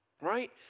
Right